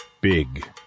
Big